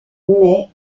mais